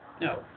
No